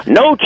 no